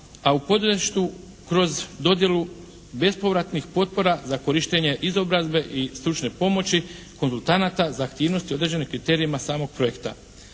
a u poduzetništvu kroz dodjelu bespovratnih potpora za korištenje izobrazbe i stručne pomoći konzultanata za aktivnosti određene kriterijima samog projekta.